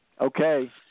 Okay